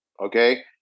okay